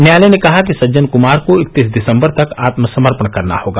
न्यायालय ने कहा कि सज्जन कुमार को इकतीस दिसम्बर तक आत्मसमर्पण करना होगा